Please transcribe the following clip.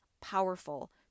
powerful